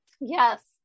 Yes